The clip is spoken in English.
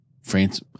France